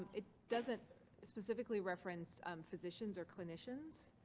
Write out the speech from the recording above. it doesn't specifically reference um physicians or clinicians